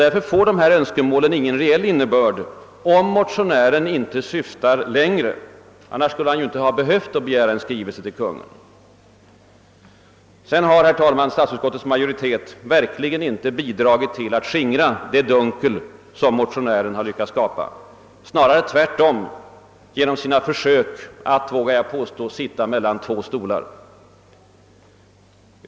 Därför får motionärens önskemål ingen reell innebörd, om han inte syftar längre; annars skulle han inte ha behövt begära en skrivelse till Kungl. Maj:t. Statsutskottets majoritet har verkligen inte, herr talman, bidragit till att skingra det dunkel som motionären har lyckats skapa. Snarare har den gjort tvärtom i sina försök att — det vågar jag påstå — sitta mellan två stolar.